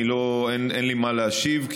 אין לי מה להשיב,